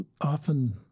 often